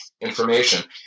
information